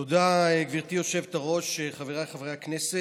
תודה, גברתי היושבת-ראש, חבריי חברי הכנסת,